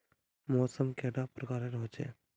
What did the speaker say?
मौसम कैडा प्रकारेर होचे?